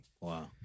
Wow